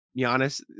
Giannis